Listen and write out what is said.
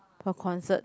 per concert